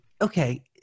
okay